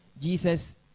jesus